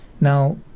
Now